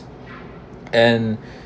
and